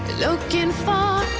looking for